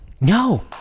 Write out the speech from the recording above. No